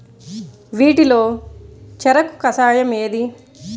వీటిలో చెరకు కషాయం ఏది?